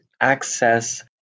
access